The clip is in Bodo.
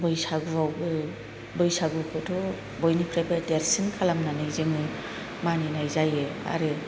बैसागुआवबो बैसागुखौ थ' बयनिफ्रायबो देरसिन खालामनानै जोङो मानिनाय जायो